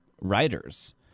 writers